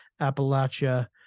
Appalachia